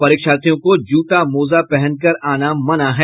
परीक्षार्थियों को जूता मोजा पहनकर आना मना है